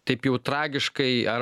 taip jau tragiškai ar